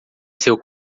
seu